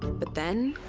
but then.